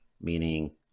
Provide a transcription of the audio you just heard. meaning